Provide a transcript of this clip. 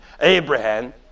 Abraham